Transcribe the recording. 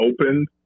opened